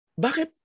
bakit